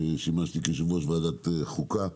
שימשתי יושב-ראש ועדת חוקה,